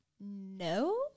No